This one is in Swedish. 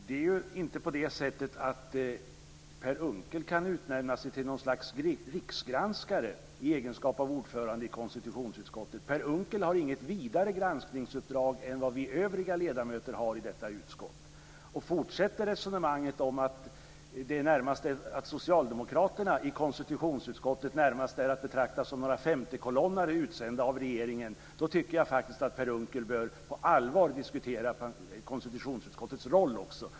Fru talman! Per Unckel kan inte utnämna sig till något slags riksgranskare i egenskap av ordförande i konstitutionsutskottet. Per Unckel har inget vidare granskningsuppdrag än vad vi övriga ledamöter i detta utskott har. Fortsätter resonemanget om att socialdemokraterna i konstitutionsutskottet närmast är att betrakta som några femtekolonnare utsända av regeringen så tycker jag faktiskt att Per Unckel på allvar också bör diskutera konstitutionsutskottets roll.